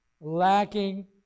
lacking